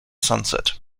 sunset